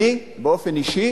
אני באופן אישי